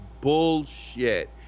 bullshit